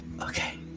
okay